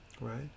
right